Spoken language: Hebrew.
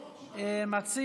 מס'